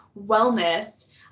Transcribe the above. wellness